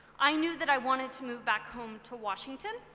i knew that i wanted to move back home to washington.